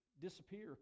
disappear